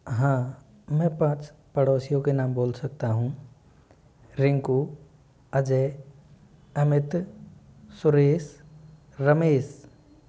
हाँ मैं पाँच पड़ोसियों के नाम बोल सकता हूँ रिंकू अजय अमित सुरेश रमेश